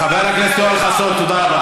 חבר הכנסת יואל חסון, תודה רבה.